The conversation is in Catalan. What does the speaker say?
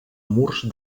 murs